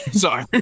Sorry